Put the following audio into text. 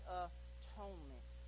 atonement